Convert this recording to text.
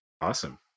Awesome